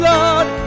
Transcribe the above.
Lord